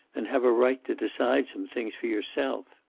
and have a right to decide some things for yourself.